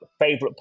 favorite